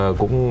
cũng